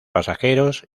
pasajeros